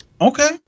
Okay